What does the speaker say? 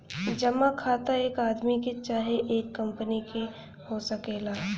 जमा खाता एक आदमी के चाहे एक कंपनी के हो सकेला